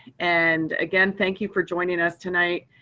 and, again, thank you for joining us tonight.